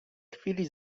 chwili